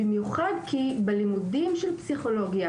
במיוחד כי בלימודי פסיכולוגיה,